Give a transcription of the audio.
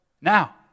now